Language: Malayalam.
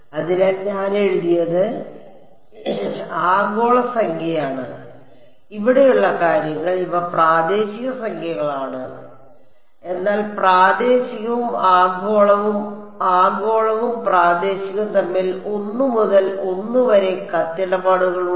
അതിനാൽ ഞാൻ എഴുതിയത് ആഗോള സംഖ്യകളാണ് ഇവിടെയുള്ള കാര്യങ്ങൾ ഇവ പ്രാദേശിക സംഖ്യകളാണ് എന്നാൽ പ്രാദേശികവും ആഗോളവും ആഗോളവും പ്രാദേശികവും തമ്മിൽ 1 മുതൽ 1 വരെ കത്തിടപാടുകൾ ഉണ്ട്